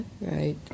Right